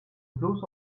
bloß